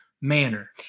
manner